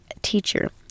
teacher